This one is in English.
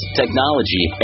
technology